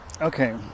Okay